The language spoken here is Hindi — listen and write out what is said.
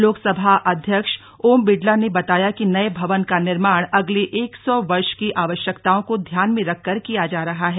लोकसभा अध्यक्ष ओम बिड़ला ने बताया है कि नए भवन का निर्माण अगले एक सौ वर्ष की आवश्यकताओं को ध्यान में रखकर किया जा रहा है